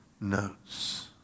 notes